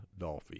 Dolphy